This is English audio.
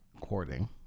courting